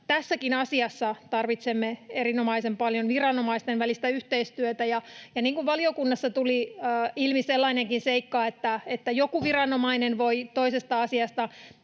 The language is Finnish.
Tässäkin asiassa tarvitsemme erinomaisen paljon viranomaisten välistä yhteistyötä, ja valiokunnassa tuli ilmi sellainenkin seikka, että joku viranomainen voi toisesta asiasta